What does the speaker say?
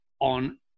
on